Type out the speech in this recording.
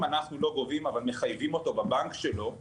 שאנחנו לא גובים אבל מחייבים אותו בבנק שלו,